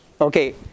Okay